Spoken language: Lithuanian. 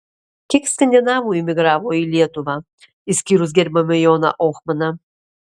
kiek skandinavų imigravo į lietuvą išskyrus gerbiamą joną ohmaną